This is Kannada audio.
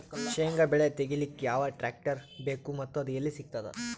ಶೇಂಗಾ ಬೆಳೆ ತೆಗಿಲಿಕ್ ಯಾವ ಟ್ಟ್ರ್ಯಾಕ್ಟರ್ ಬೇಕು ಮತ್ತ ಅದು ಎಲ್ಲಿ ಸಿಗತದ?